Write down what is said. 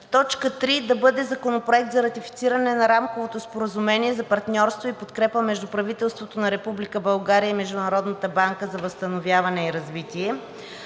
Точка трета да бъде Законопроектът за ратифициране на Рамковото споразумение за партньорство и подкрепа между правителството на Република България и Международната банка за възстановяване и развитие.